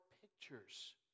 pictures